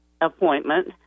appointment